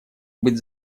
быть